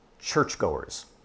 churchgoers